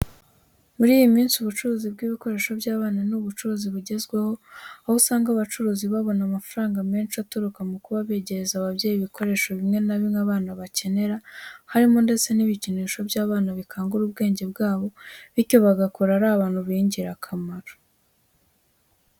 Muri iyi minsi ubucuruzi bw'ibikoresho by'abana ni ubucuruzi bugezweho aho usanga abacuruzi babona amafarnga menshi aturuka mu kuba begereza ababyeyi ibikoresho bimwe na bimwe abana bakenera, harimo ndetse n'ibikinisho by'abana bikangura ubwenge bwabo bityo bagakura ari abantu b'ingirakamaro.